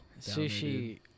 Sushi